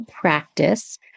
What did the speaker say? practice